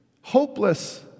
hopeless